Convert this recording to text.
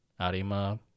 Arima